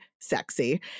sexy